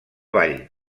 ball